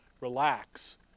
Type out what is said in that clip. relax